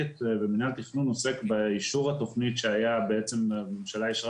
מינהל התכנון עוסק באישור התכנית שהממשלה אישרה